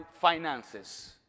finances